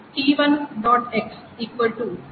t1